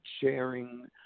sharing